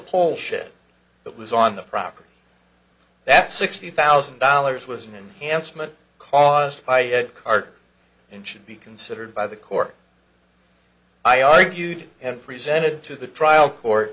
pole shed that was on the property that sixty thousand dollars was handsome and caused by cart and should be considered by the court i argued and presented to the trial court